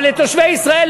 אבל לתושבי ישראל,